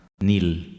nil